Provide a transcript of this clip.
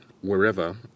wherever